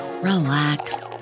relax